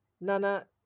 Nana